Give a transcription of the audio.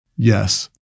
Yes